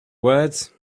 words